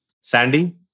Sandy